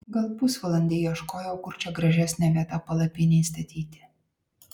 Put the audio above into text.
gal pusvalandį ieškojau kur čia gražesnė vieta palapinei statyti